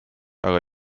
aga